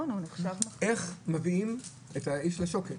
איך מביאים את העז לשוקת.